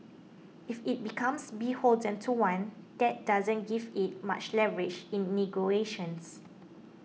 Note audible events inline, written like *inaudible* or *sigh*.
if it becomes beholden to one that doesn't give it much leverage in *unintelligible*